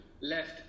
left